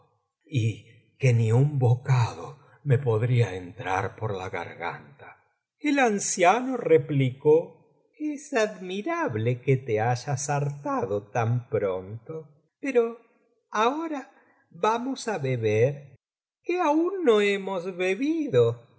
y que ni un bocado me podría entrar por la garganta el anciano replicó es admirable que te hayas hartado tan pronto pero ahora vamos á beber que aún no hemos bebido